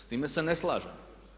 S time se ne slažem.